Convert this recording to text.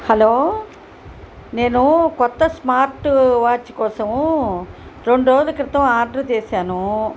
hello నేను క్రొత్త smart watch కోసము రెండు రోజుల క్రితం ఆర్డర్ చేసాను